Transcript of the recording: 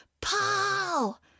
Paul